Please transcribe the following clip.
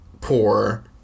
poor